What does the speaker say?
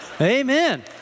Amen